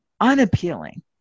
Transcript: unappealing